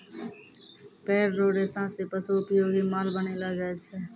पेड़ रो रेशा से पशु उपयोगी माल बनैलो जाय छै